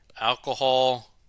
alcohol